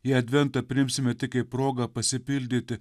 į adventą priimsime tik kaip progą pasipildyti